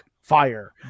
fire